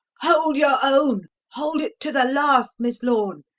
hold your own hold it to the last, miss lorne,